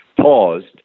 paused